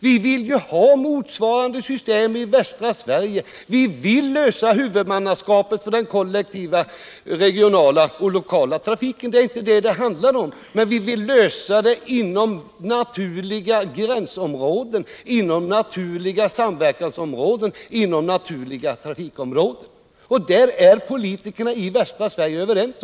Vi vill ha ett motsvarande system i västra Sverige, och vi vill ha en motsvarande lösning av frågan om huvudmannaskapet för den regionala och lokala trafiken. Men vi vill ha en lösning inom naturliga samverkansområden och naturliga trafikområden. Om det är politikerna i västra Sverige överens.